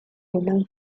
human